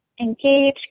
engage